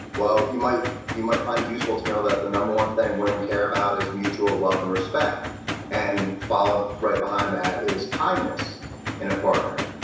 well, you might you might find it useful to know that the number one thing women care about is mutual love and respect and follow right behind that is kindness in a partner.